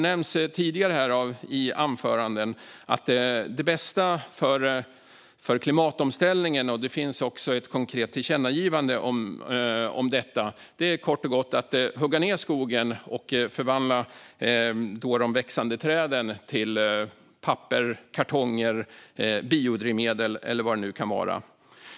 I tidigare anföranden har det nämnts - det finns också ett konkret tillkännagivande om detta - att det bästa för klimatomställningen kort och gott är att hugga ned skogen och förvandla de växande träden till papper, kartonger, biodrivmedel eller vad det nu kan vara.